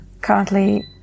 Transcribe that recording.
currently